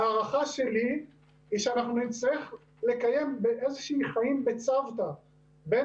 ההערכה שלי היא שאנחנו נצטרך לקיים איזה חיים בצוותא בין